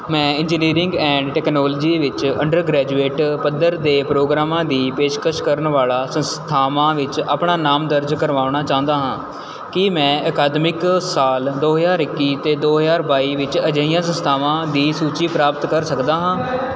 ਮੈਂ engineering and technology ਵਿੱਚ undergraduate ਪੱਧਰ ਦੇ ਪ੍ਰੋਗਰਾਮਾਂ ਦੀ ਪੇਸ਼ਕਸ਼ ਕਰਨ ਵਾਲਾ ਸੰਸਥਾਵਾਂ ਵਿੱਚ ਆਪਣਾ ਨਾਮ ਦਰਜ ਕਰਵਾਉਣਾ ਚਾਹੁੰਦਾ ਹਾਂ ਕੀ ਮੈਂ ਅਕਾਦਮਿਕ ਸਾਲ ਦੋ ਹਜ਼ਾਰ ਇੱਕੀ ਅਤੇ ਦੋ ਹਜ਼ਾਰ ਬਾਈ ਵਿੱਚ ਅਜਿਹੀਆਂ ਸੰਸਥਾਵਾਂ ਦੀ ਸੂਚੀ ਪ੍ਰਾਪਤ ਕਰ ਸਕਦਾ ਹਾਂ